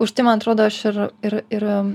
už tai man atrodo aš ir ir ir